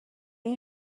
این